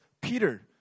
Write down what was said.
Peter